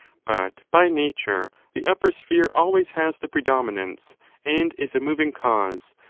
but by nature the upper sphere always has the predominance and is a moving cause,